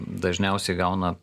dažniausiai gauna